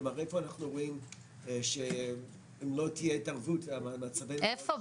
כלומר איפה אנחנו רואים שאם לא תהיה התערבות מצבנו לא יהיה --- איפה?